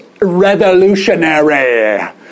revolutionary